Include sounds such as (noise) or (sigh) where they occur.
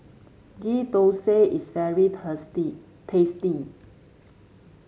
Ghee Thosai is very (unintelligible) tasty